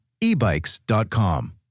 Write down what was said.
ebikes.com